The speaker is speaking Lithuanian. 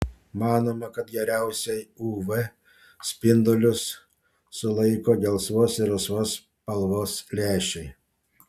manoma kad geriausiai uv spindulius sulaiko gelsvos ir rusvos spalvos lęšiai